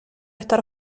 estar